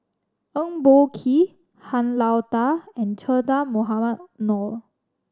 Eng Boh Kee Han Lao Da and Che Dah Mohamed Noor